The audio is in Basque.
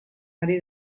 ari